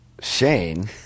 shane